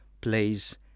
plays